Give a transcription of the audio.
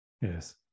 Yes